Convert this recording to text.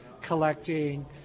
collecting